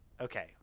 okay